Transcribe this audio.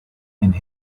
and